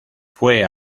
fue